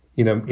you know, you